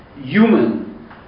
human